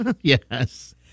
Yes